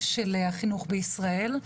של החינוך בישראל.